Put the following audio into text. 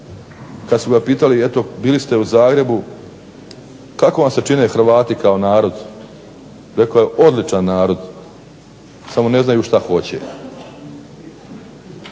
kad su ga pitali eto bili ste u Zagrebu, kako vam se čine Hrvati kao narod. Rekao je odličan narod samo ne znaju šta hoće.